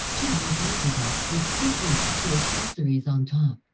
two more countertops with fruit and kitchen accessories on top.